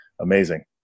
amazing